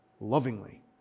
Lovingly